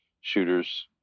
Shooter's